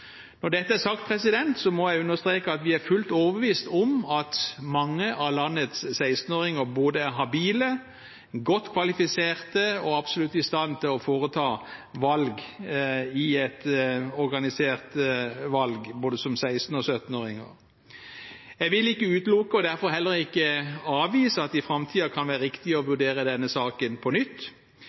Når dette er sagt, må jeg understreke at vi er fullt ut overbevist om at mange av landets 16-åringer både er habile, godt kvalifiserte og absolutt i stand til å foreta valg i et organisert valg – både som 16- og 17-åringer. Jeg vil ikke utelukke, og derfor heller ikke avvise, at det i framtiden kan være riktig å vurdere denne saken på nytt.